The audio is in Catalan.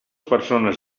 persones